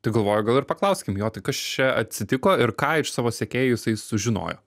tai galvoju gal ir paklauskim jo tai kas čia atsitiko ir ką iš savo sekėjų jisai sužinojo